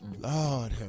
Lord